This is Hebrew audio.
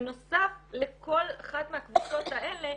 בנוסף לכל אחת מהקבוצות האלה,